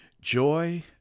Joy